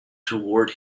toward